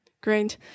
Great